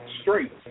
straight